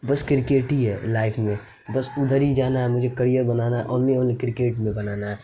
بس کرکٹ ہی ہے لائف میں بس ادھر ہی جانا ہے مجھے کریئر بنانا ہے اونلی اونلی کرکٹ میں بنانا ہے